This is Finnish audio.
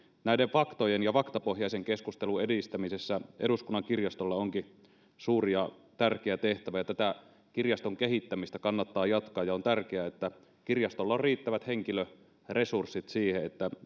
näiden faktojen ja faktapohjaisen keskustelun edistämisessä eduskunnan kirjastolla onkin suuri ja tärkeä tehtävä tätä kirjaston kehittämistä kannattaa jatkaa ja on tärkeää että kirjastolla on riittävät henkilöresurssit siihen